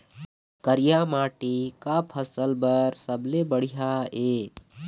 करिया माटी का फसल बर सबले बढ़िया ये?